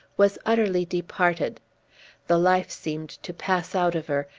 was utterly departed the life seemed to pass out of her,